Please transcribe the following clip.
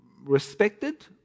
respected